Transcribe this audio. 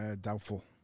Doubtful